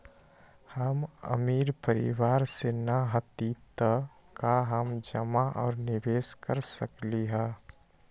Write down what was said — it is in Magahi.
हम अमीर परिवार से न हती त का हम जमा और निवेस कर सकली ह?